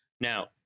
Now